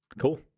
Cool